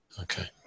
Okay